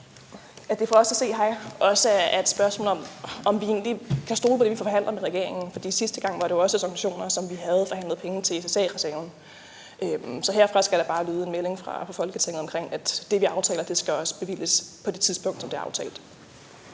at det for os at se også er et spørgsmål om, om vi egentlig kan stole på det, vi forhandler med regeringen. For sidste gang gjaldt det jo også organisationer, som vi havde forhandlet penge til i SSA-reserven. Så herfra skal der bare lyde en melding fra Folketinget om, at det, vi aftaler, også skal bevilges på det tidspunkt, det er aftalt